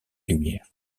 lumière